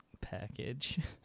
package